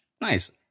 Nice